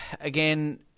again